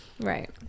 Right